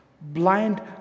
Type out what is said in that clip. Blind